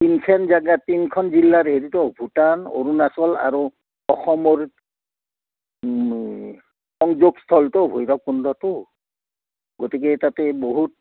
তিনখেন জেগাত তিনখন জিলাৰ হেৰিত ভূটান অৰুণাচল আৰু অসমৰ সংযোগস্থলটো ভৈৰৱকুণ্ডতো গতিকে তাতে বহুত